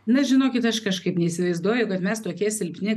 na žinokit aš kažkaip neįsivaizduoju kad mes tokie silpni